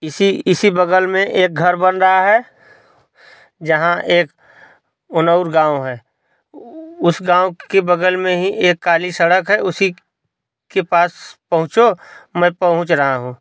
इसी इसी बगल में घर बन रहा है जहाँ एक उनौर गाँव है उस गाँव के बगल में ही काली सड़क है के पास पहुँचो मैं पहुँच रहा हूँ